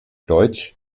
deutsch